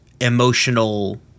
emotional